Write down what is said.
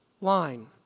line